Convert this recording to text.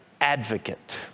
Advocate